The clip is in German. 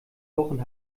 wochen